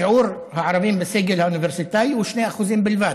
שיעור הערבים בסגל האוניברסיטאי הוא 2% בלבד,